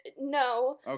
no